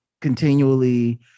continually